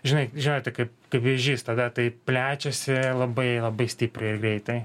žinai žinote kaip kaip vėžys tada tai plečiasi labai labai stipriai ir greitai